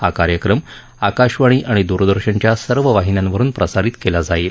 हा कार्यक्रम आकाशवाणी आणि द्रदर्शनच्या सर्व वाहिन्यावरुन प्रसारित केला जाईल